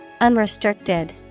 Unrestricted